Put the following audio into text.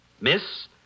Miss